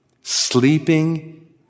sleeping